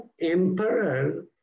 Emperor